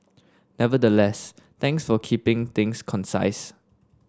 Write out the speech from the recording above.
nevertheless thanks for keeping things concise